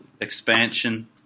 expansion